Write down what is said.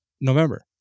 November